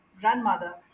grandmother